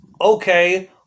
okay